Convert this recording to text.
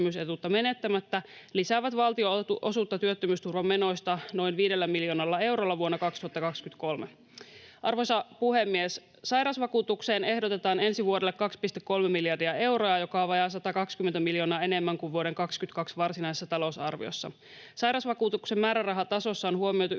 lisäävät valtionosuutta työttömyysturvamenoista noin 5 miljoonalla eurolla vuonna 2023. Arvoisa puhemies! Sairausvakuutukseen ehdotetaan ensi vuodelle 2,3 miljardia euroa, joka on vajaat 120 miljoonaa enemmän kuin vuoden 22 varsinaisessa talousarviossa. Sairausvakuutuksen määrärahatasossa on huomioitu